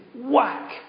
Whack